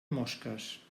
mosques